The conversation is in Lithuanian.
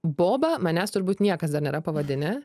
boba manęs turbūt niekas dar nėra pavadinę